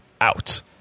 out